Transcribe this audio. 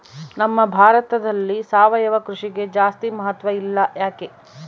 ನಮ್ಮ ಭಾರತದಲ್ಲಿ ಸಾವಯವ ಕೃಷಿಗೆ ಜಾಸ್ತಿ ಮಹತ್ವ ಇಲ್ಲ ಯಾಕೆ?